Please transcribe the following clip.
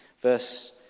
Verse